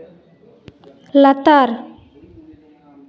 ᱞᱟᱛᱟᱨ